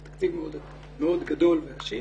זה תקציב מאוד גדול ועשיר.